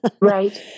Right